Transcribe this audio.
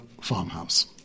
Farmhouse